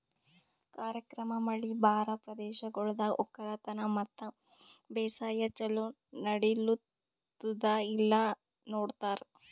ಕಾರ್ಯಕ್ರಮ ಮಳಿ ಬರಾ ಪ್ರದೇಶಗೊಳ್ದಾಗ್ ಒಕ್ಕಲತನ ಮತ್ತ ಬೇಸಾಯ ಛಲೋ ನಡಿಲ್ಲುತ್ತುದ ಇಲ್ಲಾ ನೋಡ್ತಾರ್